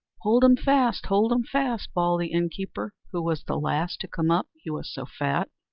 hold em fast hold em fast! bawled the innkeeper, who was the last to come up, he was so fat.